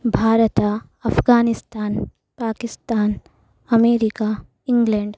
Bharatam Afghanistan Pakistan America England